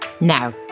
Now